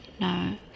no